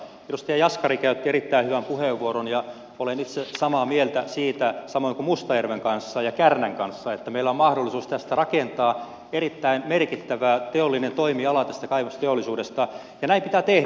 edustaja jaskari käytti erittäin hyvän puheenvuoron ja olen itse samaa mieltä siitä samoin kuin mustajärven kanssa ja kärnän kanssa että meillä on mahdollisuus rakentaa erittäin merkittävä teollinen toimiala tästä kaivosteollisuudesta ja näin pitääkin tehdä